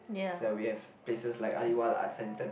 is like we have places like Aliwal-art-centre